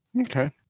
Okay